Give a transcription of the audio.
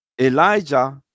Elijah